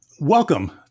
welcome